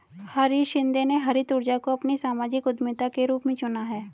हरीश शिंदे ने हरित ऊर्जा को अपनी सामाजिक उद्यमिता के रूप में चुना है